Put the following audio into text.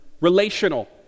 relational